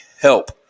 help